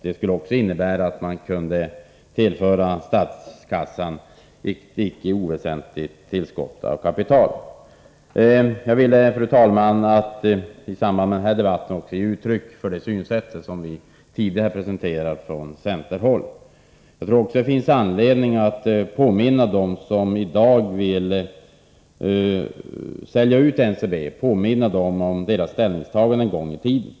Det skulle också innebära att man kunde tillföra statskassan ett icke oväsentligt tillskott av kapital. Jag vill, fru talman, också i samband med denna debatt ge uttryck för det synsätt som vi tidigare har presenterat från centerhåll. Jag tror dessutom att det finns anledning att påminna dem som i dag vill sälja ut NCB om deras ställningstagande en gång i tiden.